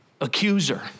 accuser